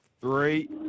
Three